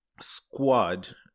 squad